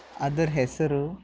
ಅದರ ಹೆಸರು